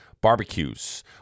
barbecues